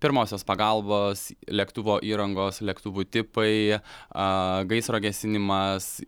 pirmosios pagalbos lėktuvo įrangos lėktuvų tipai a gaisro gesinimas